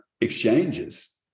exchanges